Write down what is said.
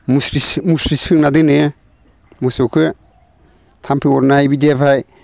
मुस्रि मुस्रि सोंना दोनो मोसौखो थाम्फै अरनाय बिदिनिफ्राय